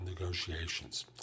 negotiations